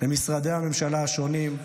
למשרדי הממשלה השונים,